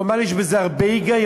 הוא אמר לי שיש בזה הרבה היגיון,